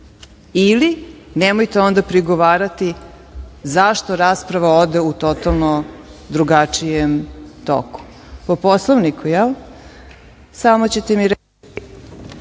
ili nemojte onda prigovarati zašto rasprava ode u totalno drugačijem toku. Po Poslovniku? Samo ćete mi reći